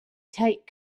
tight